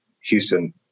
Houston